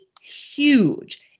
huge